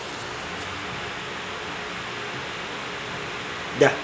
ya